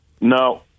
No